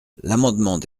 l’amendement